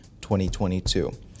2022